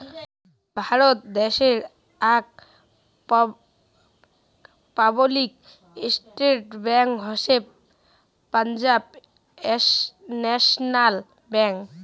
ভারত দ্যাশোতের আক public sector bank হসে পাঞ্জাব ন্যাশনাল ব্যাঙ্ক